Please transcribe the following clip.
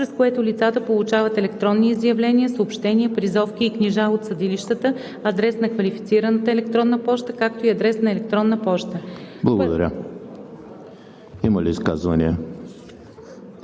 чрез което лицата получават електронни изявления, съобщения, призовки и книжа от съдилищата, адрес на квалифицирана електронна поща, както и адрес на електронна поща.“ ПРЕДСЕДАТЕЛ